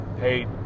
hey